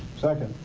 second.